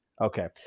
Okay